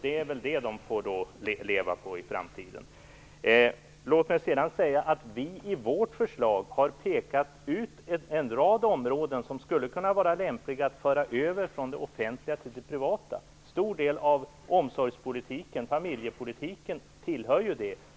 Det blir väl det som de får leva på i framtiden. I vårt förslag har vi pekat ut en rad områden som skulle kunna vara lämpliga att föra över från det offentliga till det privata. En stor del av omsorgspolitiken och familjepolitiken hör dit.